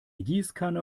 gießkanne